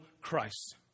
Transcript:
Christ